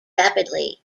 rapidly